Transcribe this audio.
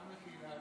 תודה רבה,